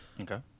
okay